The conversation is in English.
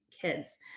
kids